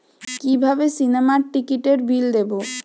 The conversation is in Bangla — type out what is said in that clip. কিভাবে সিনেমার টিকিটের বিল দেবো?